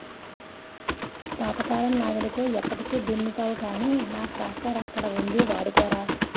పాతకాలం నాగలితో ఎప్పటికి దున్నుతావ్ గానీ నా ట్రాక్టరక్కడ ఉంది వాడుకోరా